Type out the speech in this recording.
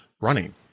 running